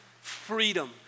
freedom